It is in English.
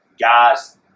guys